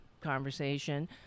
conversation